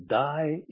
die